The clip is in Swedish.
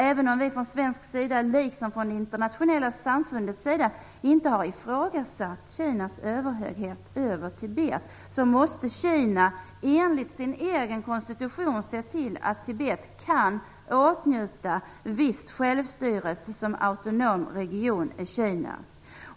Även om vi från svensk sida liksom från det internationella samfundets sida inte har ifrågasatt Kinas överhöghet över Tibet, måste Kina enligt sin egen konstitution se till att Tibet kan åtnjuta visst självstyre såsom autonom region i Kina.